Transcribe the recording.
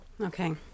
Okay